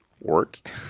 work